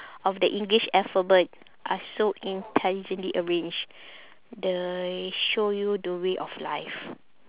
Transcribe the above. of the english alphabet are so intelligently arranged they show you the way of life